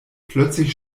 plötzlich